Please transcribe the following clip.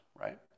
right